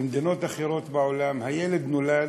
במדינות אחרות בעולם הילד נולד,